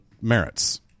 merits